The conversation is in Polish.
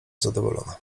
zadowolona